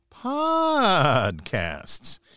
Podcasts